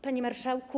Panie Marszałku!